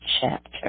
chapter